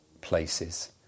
places